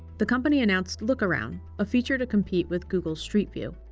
the company announced look around a feature to compete with google street view.